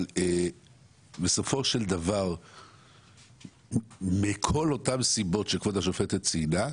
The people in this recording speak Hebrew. אבל בסופו של דבר מכל אותן סיבות שכבוד השופטת ציינה,